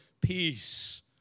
peace